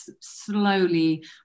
slowly